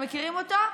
אתם מכירים אותו?